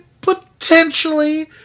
potentially